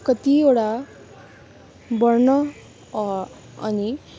कतिवटा वर्ण अनि